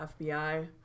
FBI